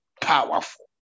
powerful